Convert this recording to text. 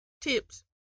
tips